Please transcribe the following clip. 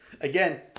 again